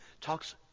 talks